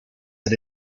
had